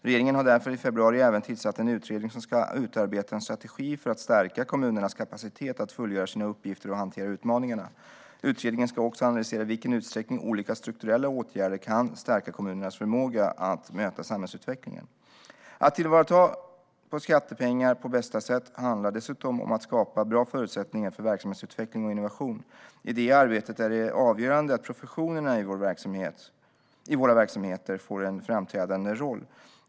Regeringen har därför i februari även tillsatt en utredning som ska utarbeta en strategi för att stärka kommunernas kapacitet att fullgöra sina uppgifter och hantera utmaningarna. Utredningen ska också analysera i vilken utsträckning olika strukturella åtgärder kan stärka kommunernas förmåga att möta samhällsutvecklingen. Att ta vara på skattepengar på bästa sätt handlar dessutom om att skapa bra förutsättningar för verksamhetsutveckling och innovation. I det arbetet är det avgörande att professionerna i våra verksamheter får en framträdande roll.